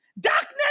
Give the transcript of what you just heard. darkness